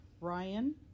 Ryan